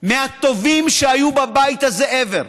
מהטובים שהיו בבית הזה ever.